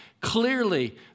Clearly